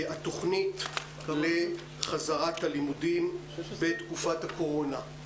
התכנית לחזרה ללימודים בתקופת הקורונה.